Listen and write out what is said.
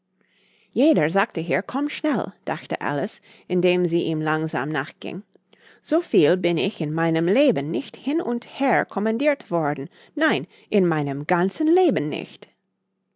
jeder sagte hier komm schnell dachte alice indem sie ihm langsam nachging so viel bin ich in meinem leben nicht hin und her kommandirt worden nein in meinem ganzen leben nicht